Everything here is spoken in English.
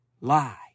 lie